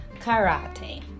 karate